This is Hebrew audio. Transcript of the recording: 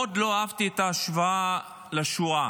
מאוד לא אהבתי את ההשוואה לשואה.